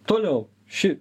toliau ši